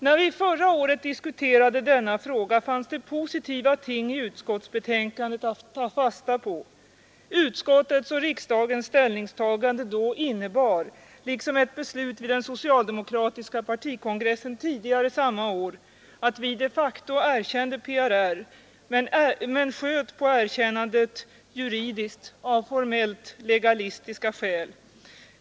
När vi förra året diskuterade denna fråga fanns det positiva ting i utskottsbetänkandet att ta fasta på. Utskottets och riksdagens ställningstagande då innebar, liksom ett beslut vid den socialdemokratiska partikongressen tidigare samma år, att vi de facto erkände PRR men sköt på erkännandet juridiskt av formellt legalistiska skäl.